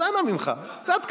אז אנא ממך, קצת כבוד.